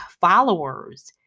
followers